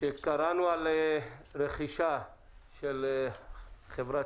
כשקראנו על רכישה של חברת